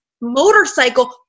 motorcycle